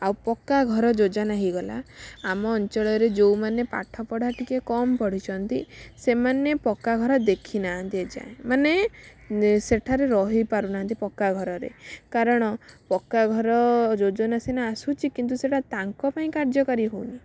ଆଉ ପକ୍କାଘର ଯୋଜନା ହେଇଗଲା ଆମ ଅଞ୍ଚଳରେ ଯେଉଁମାନେ ପାଠ ପଢ଼ା ଟିକେ କମ ପଢ଼ିଛନ୍ତି ସେମାନେ ପକ୍କାଘର ଦେଖିନାହାଁନ୍ତି ଏଯାଏଁ ମାନେ ସେଠାରେ ରହିପାରୁନାହାଁନ୍ତି ପକ୍କାଘରରେ କାରଣ ପକ୍କାଘର ଯୋଜନା ସିନା ଆସୁଛି କିନ୍ତୁ ସେଇଟା ତାଙ୍କ ପାଇଁ କାର୍ଯ୍ୟକାରୀ ହେଉନି